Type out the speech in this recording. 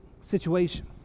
situation